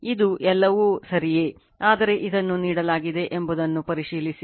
ಇದು ಎಲ್ಲವೂ ಸರಿಯೇ ಆದರೆ ಇದನ್ನು ನೀಡಲಾಗಿದೆ ಎಂಬುದನ್ನು ಪರಿಶೀಲಿಸಿ